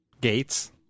Gates